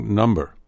number